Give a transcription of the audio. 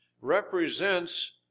represents